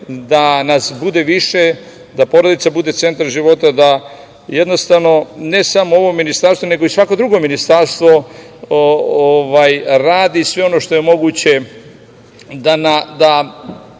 da nas bude više, da porodica bude centar života, da jednostavno ne samo ovo ministarstvo, nego i svako drugo ministarstvo radi sve ono što je moguće da broj